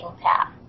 path